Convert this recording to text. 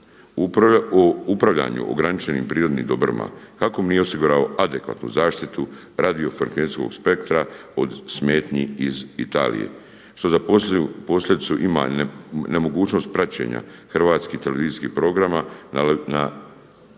U upravljanju u ograničenim prirodnim dobrima HAKOM nije osigurao adekvatnu zaštitu radiofrekvencijskog spektra od smetnji iz Italije što za posljedicu ima i nemogućnost praćenja hrvatskih televizijskih programa na